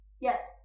Yes